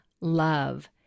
love